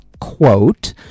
quote